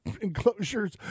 enclosures